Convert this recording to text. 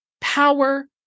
power